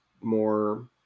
more